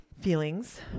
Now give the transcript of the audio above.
feelings